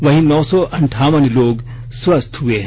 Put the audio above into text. वहीं नौ सौ अंठावन लोग स्वस्थ्य हुए हैं